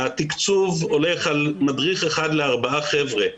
התקצוב הולך על מדריך אחד לארבעה חבר'ה.